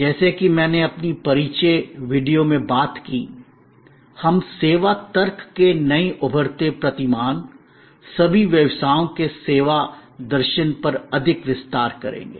जैसा कि मैंने अपनी परिचय वीडियो में बात की हम सेवा तर्क के नए उभरते प्रतिमान सभी व्यवसायों के सेवा दर्शन पर अधिक विस्तार करेंगे